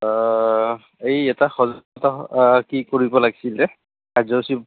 এই এটা সজোৱা কি কৰিব লাগিছিলে কাৰ্যসূচী